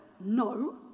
no